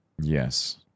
Yes